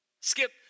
Skip